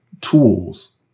tools